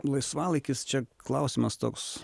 laisvalaikis čia klausimas toks